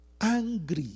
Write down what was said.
angry